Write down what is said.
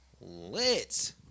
lit